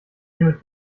hiermit